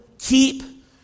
Keep